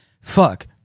Fuck